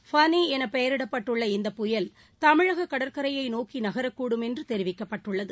ஃபானிஎனபெயரிடப்பட்டுள்ள இந்த புயல் தமிழககடற்கரையைநோக்கிநகரக்கூடும் என்றுதெரிவிக்கப்பட்டுள்ளது